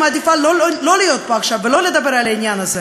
דבר שני,